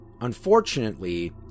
unfortunately